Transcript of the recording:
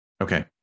Okay